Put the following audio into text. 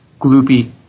gloopy